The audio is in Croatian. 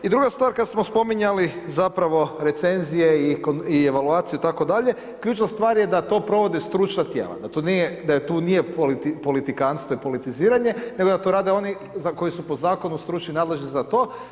I druga stvar, kada smo spominjali zapravo recenzije i evaluaciju itd. ključna stvar je da to provode stručna tijela, da tu nije politikanstvo i politiziranje, nego da to rade oni koji su po zakonu stručni, nadležni za to.